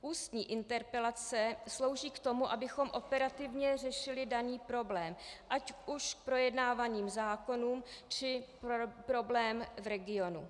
Ústní interpelace slouží k tomu, abychom operativně řešili daný problém, ať už k projednávaným zákonům, či problém v regionu.